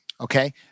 okay